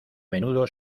menudo